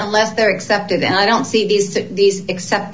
unless they're expected and i don't see these to these except